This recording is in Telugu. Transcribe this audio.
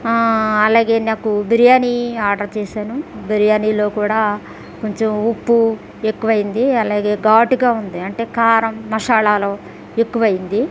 అలాగే నాకు బిర్యానీ ఆర్డర్ చేశాను బిర్యానీలో కూడా కొంచెం ఉప్పు ఎక్కువైంది అలాగే ఘాటుగా ఉంది అంటే కారం మసాలాలు ఎక్కువైంది